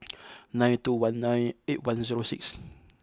nine two one nine eight one zero six